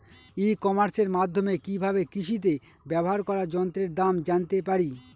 ই কমার্সের মাধ্যমে কি ভাবে কৃষিতে ব্যবহার করা যন্ত্রের দাম জানতে পারি?